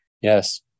Yes